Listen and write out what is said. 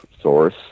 source